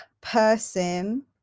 person